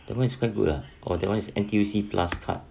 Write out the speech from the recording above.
that [one] is quite good lah oh that [one] is N_T_U_C plus card